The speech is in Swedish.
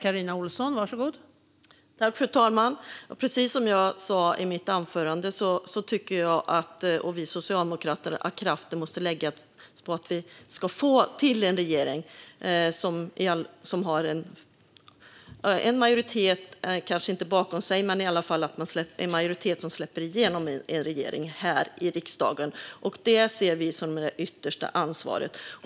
Fru talman! Precis som jag sa i mitt anförande tycker vi socialdemokrater att kraften måste läggas på att få till en regering som kanske inte har en majoritet bakom sig men som i alla fall släpps igenom av en majoritet här i riksdagen. Detta ser vi som det yttersta ansvaret.